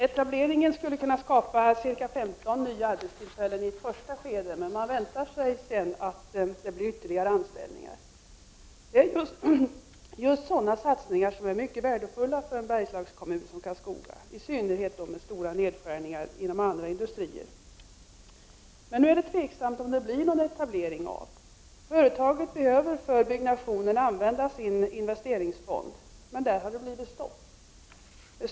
Etableringen skulle kunna skapa ca 15 nya arbetstillfällen i ett första skede, men man väntar sig att det blir ytterligare anställningar. Det är just sådana satsningar som är mycket värdefulla för en Bergslags kommun som Karlskoga, i synnerhet som det har skett stora nedskärningar inom andra industrier. Men det är nu tveksamt om det blir någon etablering. Företaget behöver använda sin investeringsfond för utbyggnaden, men där har det blivit stopp.